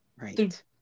Right